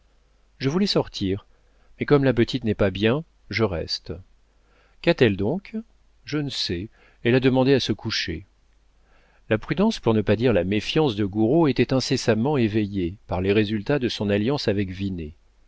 je voulais sortir mais comme la petite n'est pas bien je reste qu'a-t-elle donc je ne sais elle a demandé à se coucher la prudence pour ne pas dire la méfiance de gouraud était incessamment éveillée par les résultats de son alliance avec